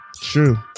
True